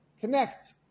Connect